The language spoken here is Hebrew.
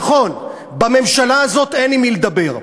נכון, בממשלה הזאת אין עם מי לדבר,